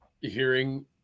hearing